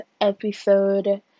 episode